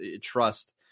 trust